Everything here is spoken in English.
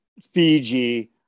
fiji